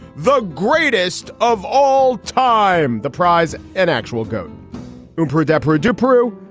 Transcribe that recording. the greatest of all time. the prize. an actual goat rupert adepero to peru.